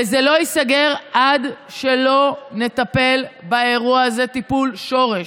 וזה לא ייסגר עד שלא נטפל באירוע הזה טיפול שורש,